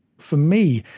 for me,